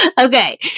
Okay